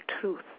truth